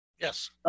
Yes